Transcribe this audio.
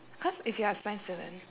cause if you're a science student